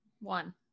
One